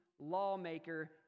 lawmaker